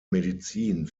medizin